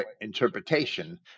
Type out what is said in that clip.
interpretation